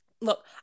Look